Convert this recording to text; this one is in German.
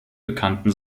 bekannten